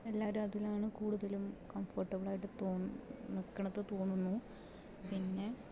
എല്ലാവരും അതിലാണ് കൂടുതലും കംഫോർട്ടബിൾ ആയിട്ട് തോന്നു നിക്കണ എന്ന് തോന്നുന്നു പിന്നെ